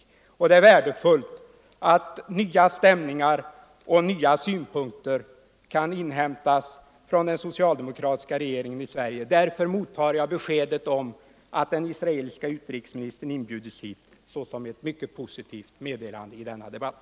Mellersta Östern, Det är värdefullt att nya stämningar och nya synpunkter kan inhämtas — m.m. från den socialdemokratiska regeringen i Sverige. Därför mottar jag be skedet om att den israeliske utrikesministern inbjudits hit som ett mycket positivt meddelande i denna debatt.